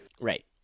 Right